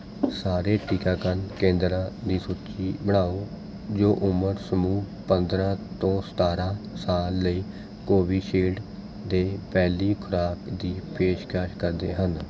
ਸਾਰੇ ਟੀਕਾਕਰਨ ਕੇਂਦਰਾਂ ਦੀ ਸੂਚੀ ਬਣਾਓ ਜੋ ਉਮਰ ਸਮੂਹ ਪੰਦਰਾਂ ਤੋਂ ਸਤਾਰਾਂ ਸਾਲ ਲਈ ਕੋਵਿਸ਼ਿਲਡ ਦੇ ਪਹਿਲੀ ਖੁਰਾਕ ਦੀ ਪੇਸ਼ਕਸ਼ ਕਰਦੇ ਹਨ